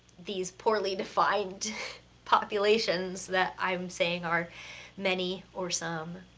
these poorly defined populations that i'm saying are many or some.